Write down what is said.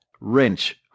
wrench